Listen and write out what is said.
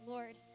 Lord